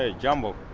ah jambo,